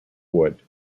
wood